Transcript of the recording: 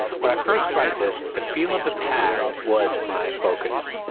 when i first tried this the feel of the pads was my focus.